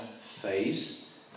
phase